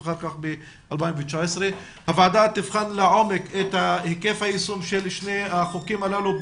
ביום שני הוועדה תבחן לעומק את היקף היישום של שני הללו.